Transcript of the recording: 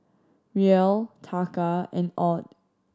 Riel Taka and AUD